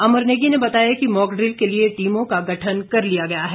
अमर नेगी ने बताया कि मॉकड्रिल के लिए टीमों का गठन कर लिया गया है